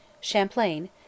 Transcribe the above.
Champlain